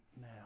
now